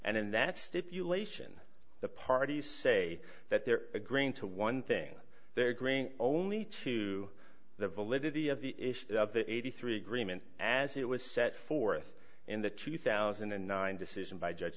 and in that stipulation the parties say that they're agreeing to one thing they're green only to the validity of the issue of the eighty three dollars agreement as it was set forth in the two thousand and nine decision by